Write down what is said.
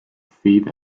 feet